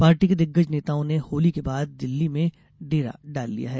party के दिग्गज नेताओं ने होली के बाद दिल्ली में डेरा डाल लिया है